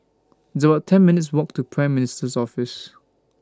It's about ten minutes' Walk to Prime Minister's Office